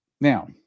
Now